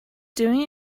doing